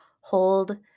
hold